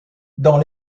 dans